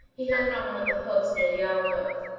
he hung it on one of the hooks near the alcove.